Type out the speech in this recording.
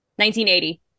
1980